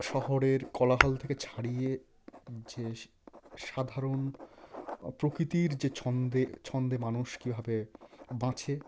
শহরের কোলাহল থেকে ছাড়িয়ে যে সাধারণ প্রকৃতির যে ছন্দে ছন্দে মানুষ কীভাবে বাঁচে